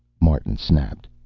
martin snapped.